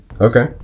Okay